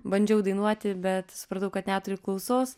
bandžiau dainuoti bet supratau kad neturiu klausos